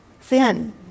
Sin